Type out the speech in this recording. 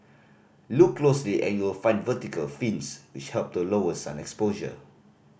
look closely and you'll find vertical fins which help to lower sun exposure